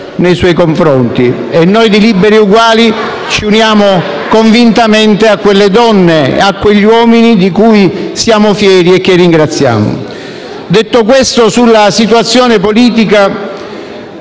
nei suoi confronti e noi di Liberi e uguali ci uniamo convintamente a quelle donne e a quegli uomini di cui siamo fieri e che ringraziamo. Detto questo, sulla situazione politica,